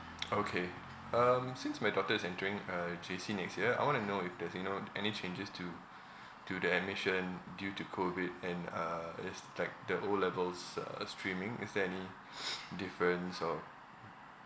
okay um since my daughter is entering uh J_C next year I want to know if there's you know any changes to to the admission due to COVID and uh is like the O levels uh streaming is there any difference or